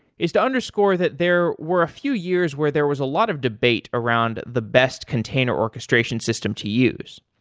is to underscore that there were a few years where there was a lot of debate around the best container orchestration system to use.